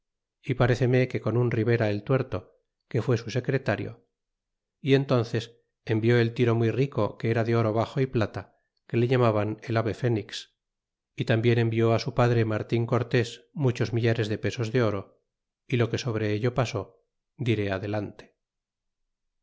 toro y paréceme que con un ribera el tuerto que fué su secretario y entónces envió el tiro muy rico que era de oro baxo y plata que le llamaban el ave fenix y tambien envió su padre martin cortés muchos millares de pesos de oro y lo que sobre ello pasó diré adelante